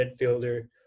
midfielder